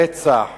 רצח